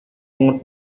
want